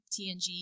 TNG